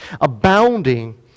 abounding